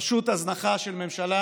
פשוט הזנחה של ממשלה